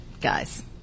guys